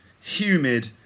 humid